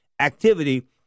Activity